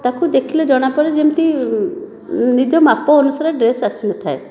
ତାକୁ ଦେଖିଲେ ଜଣାପଡ଼େ ଯେମିତି ନିଜ ମାପ ଅନୁସାରେ ଡ୍ରେସ୍ ଆସିନଥାଏ